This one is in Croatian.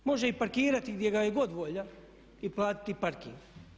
Može i parkirati gdje ga je god volja i platiti parking.